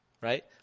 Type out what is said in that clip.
right